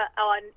on